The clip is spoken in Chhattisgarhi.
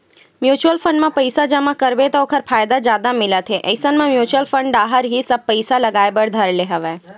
म्युचुअल फंड म पइसा जमा करबे त ओखर फायदा जादा मिलत हे इसन म म्युचुअल फंड डाहर ही सब पइसा लगाय बर धर ले हवया